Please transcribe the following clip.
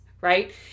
right